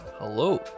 Hello